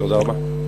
תודה רבה.